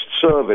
service